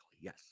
yes